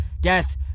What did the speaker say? death